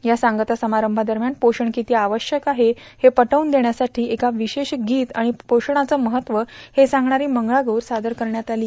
या सांगता समारंभादरम्यान पोषण किती आवश्यक आहे हे पटवून देण्यासाठीं एक विशेष गीत आर्गाण पोषण महत्वाचं आहे हे सांगणारों मंगळागौर सादर करण्यात आर्लो